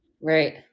right